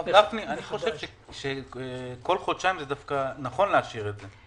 אני חושב שכל חודשיים נכון לאשר את זה.